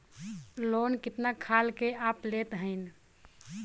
Loan कितना खाल के आप लेत हईन?